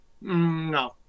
No